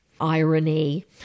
irony